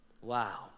Wow